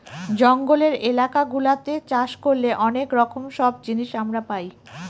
জঙ্গলের এলাকা গুলাতে চাষ করলে অনেক রকম সব জিনিস আমরা পাই